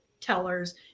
tellers